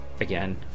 again